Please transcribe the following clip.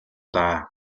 даа